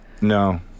No